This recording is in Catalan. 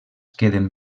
queden